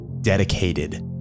dedicated